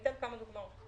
אתן כמה דוגמאות.